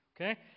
Okay